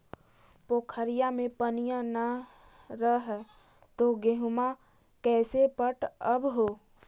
पोखरिया मे पनिया न रह है तो गेहुमा कैसे पटअब हो?